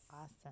awesome